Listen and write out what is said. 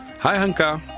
hi hanka.